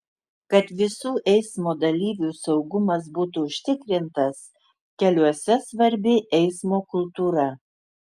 kad visų eismo dalyvių saugumas būtų užtikrintas keliuose svarbi eismo kultūra